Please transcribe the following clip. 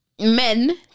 men